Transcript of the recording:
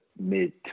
mid